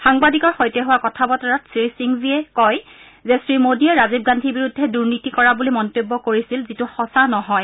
সাংবাদিকৰ সৈতে হোৱা কথা বতৰাত শ্ৰীসিংভীয়ে কয় যে শ্ৰীমোদীয়ে ৰাজীৱ গান্ধীৰ বিৰুদ্ধে দুৰ্নীতি কৰা বুলি মন্তব্য কৰিছিল যিটো সঁচা নহয়